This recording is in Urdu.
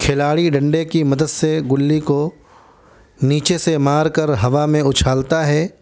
کھلاڑی ڈنڈے کی مدد سے گلی کو نیچے سے مار کر ہوا میں اچھالتا ہے